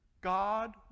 God